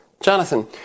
Jonathan